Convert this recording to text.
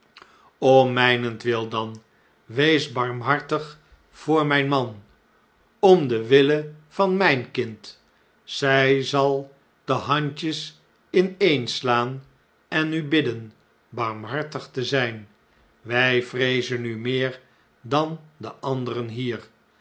om mpentwil dan wees barmhartig voor mun man om den wille van mfln kind zjj zal de handjes ineenslaan en u bidden barmhartig te zpl wg vreezen u meer dan deanderen hier